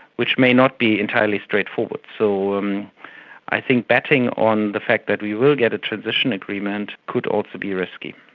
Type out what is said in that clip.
which may not be entirely straightforward. so um i think betting on the fact that we will get a transition agreement could also also be risky.